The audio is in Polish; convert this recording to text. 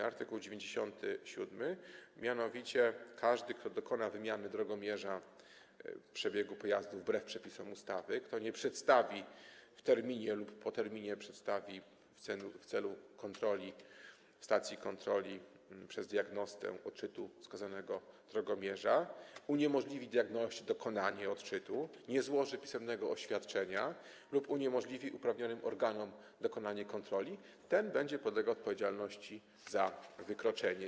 Chodzi o art. 97, a mianowicie zapis: każdy, kto dokona wymiany drogomierza przebiegu pojazdu wbrew przepisom ustawy, kto nie przedstawi w terminie lub po terminie przedstawi w celu kontroli stacji kontroli przez diagnostę odczytu wskazanego drogomierza, uniemożliwi diagnoście dokonanie odczytu, nie złoży pisemnego oświadczenia lub uniemożliwi uprawnionym organom dokonanie kontroli, ten będzie podlegał odpowiedzialności za wykroczenie.